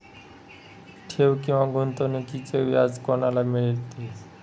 ठेव किंवा गुंतवणूकीचे व्याज कोणाला मिळते?